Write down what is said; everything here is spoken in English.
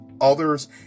others